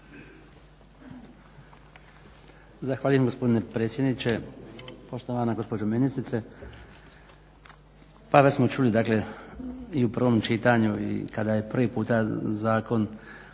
Zahvaljujem gospodine predsjedniče, poštovana gospođo ministrice. Pa evo, već smo čuli da će i u provom čitanju i kada je prvi puta zakon